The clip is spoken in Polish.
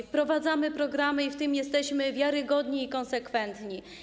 Wprowadzamy programy i w tym jesteśmy wiarygodni i konsekwentni.